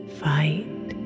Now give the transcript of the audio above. fight